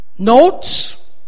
Notes